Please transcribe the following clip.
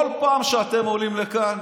כל פעם שאתם עולים לכאן,